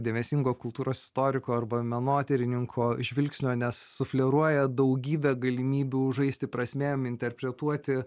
dėmesingo kultūros istoriko arba menotyrininko žvilgsnio nes sufleruoja daugybę galimybių žaisti prasmėm interpretuoti